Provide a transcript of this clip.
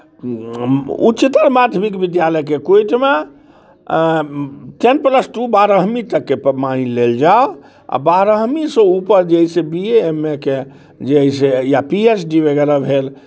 उच्चतर माध्यमिक विद्यालयके कोटिमे टेन प्लस टू बारहवीँ तकके मानि लेल जाउ आ बारहवीँसँ ऊपर जे अइ से बी ए एम ए के जे अइ से या पी एच डी वगैरह भेल